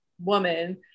woman